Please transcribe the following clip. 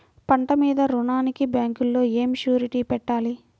పంట మీద రుణానికి బ్యాంకులో ఏమి షూరిటీ పెట్టాలి?